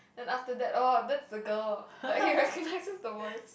then after that orh that's the girl like he recognises the voice